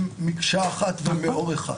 ואקדים ואומר,